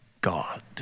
God